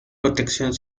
protección